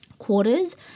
quarters